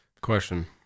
Question